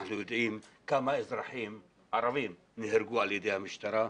אנחנו יודעים כמה אזרחים ערבים נהרגו על ידי המשטרה,